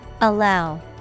Allow